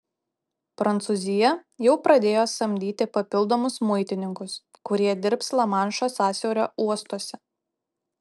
prancūzija jau pradėjo samdyti papildomus muitininkus kurie dirbs lamanšo sąsiaurio uostuose